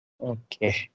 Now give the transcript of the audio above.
Okay